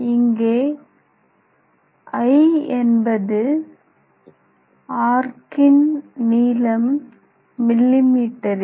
இங்கே l என்பது ஆர்கின் நீளம் மில்லி மீட்டரில்